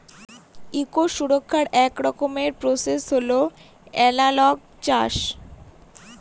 eco সুরক্ষার এক রকমের প্রসেস হল এনালগ চাষ